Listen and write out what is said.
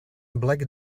black